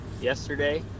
yesterday